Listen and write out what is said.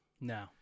No